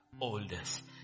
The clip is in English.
oldest